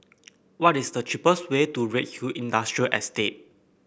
what is the cheapest way to Redhill Industrial Estate